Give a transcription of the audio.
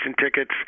tickets